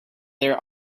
their